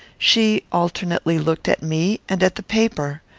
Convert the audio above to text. she alternately looked at me and at the paper.